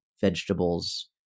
vegetables